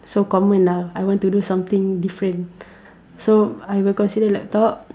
so common lah I want to do something different so I will consider laptop